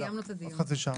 עוד חצי שעה.